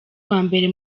wambere